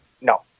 No